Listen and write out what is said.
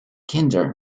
kinder